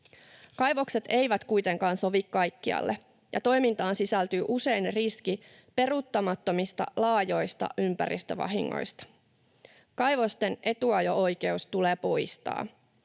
Kaivokset eivät kuitenkaan sovi kaikkialle, ja toimintaan sisältyy usein riski peruuttamattomista, laajoista ympäristövahingoista. Kaivosten etuajo-oikeus tulee poistaa.